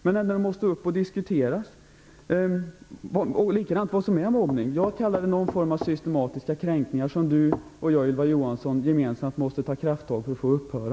Men det måste upp till diskussion. Samma sak gäller vad som är mobbning. Jag kallar det någon form av systematiska kränkningar, som Ylva Johansson och jag gemensamt måste ta krafttag för att få att upphöra.